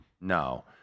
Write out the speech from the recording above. No